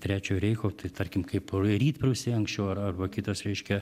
trečiojo reicho tai tarkim kaip rytprūsiai anksčiau ar arba kitos reiškia